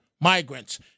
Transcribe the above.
migrants